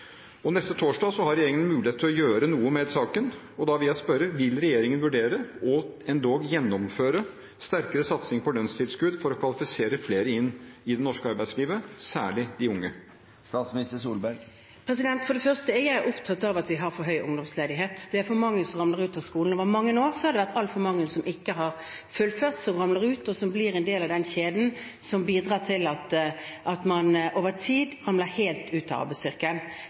og mulighet til å kvalifisere seg til en jobb. Neste torsdag har regjeringen mulighet til å gjøre noe med saken, og da vil jeg spørre: Vil regjeringen vurdere – og endog gjennomføre – sterkere satsing på lønnstilskudd for å kvalifisere flere inn i det norske arbeidslivet, særlig de unge? For det første: Jeg er opptatt av at vi har for høy ungdomsledighet. Det er for mange som ramler ut av skolen. Over mange år har det vært altfor mange som ikke har fullført, som ramler ut, og som blir en del av den kjeden som bidrar til at man over tid ramler helt ut av